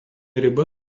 riba